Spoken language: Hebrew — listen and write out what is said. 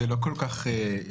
זו לא כל כך שאלה.